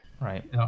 right